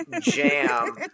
jam